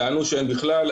טענו שאין בכלל,